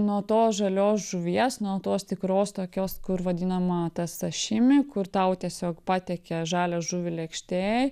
nuo tos žalios žuvies nuo tos tikros tokios kur vadinama ta sašimi kur tau tiesiog patiekia žalią žuvį lėkštėj